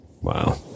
Wow